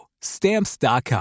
Stamps.com